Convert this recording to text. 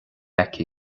aici